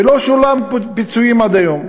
ולא שולמו פיצויים עד היום,